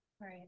Right